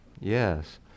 Yes